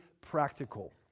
practical